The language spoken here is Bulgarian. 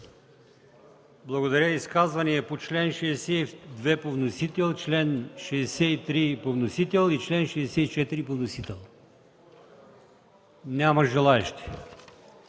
Благодаря. Изказвания по чл. 62 по вносител, чл. 63 по вносител и чл. 64 по вносител? Няма желаещи.